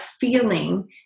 feeling